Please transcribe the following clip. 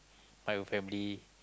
by your family